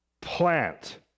plant